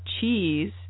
cheese